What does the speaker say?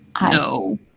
No